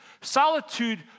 Solitude